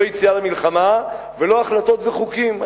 לא יציאה למלחמה ולא החלטות וחוקים.